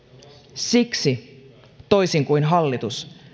siksi toisin kuin hallitus